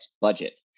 budget